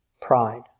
Pride